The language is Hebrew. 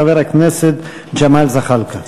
חבר הכנסת ג'מאל זחאלקה.